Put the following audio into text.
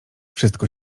wszystko